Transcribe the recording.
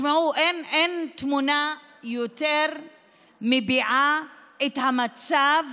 תשמעו, אין תמונה שמביעה יותר את המצב